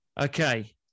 Okay